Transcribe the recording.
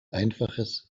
einfaches